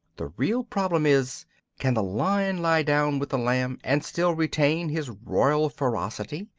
the real problem is can the lion lie down with the lamb and still retain his royal ferocity?